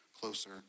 closer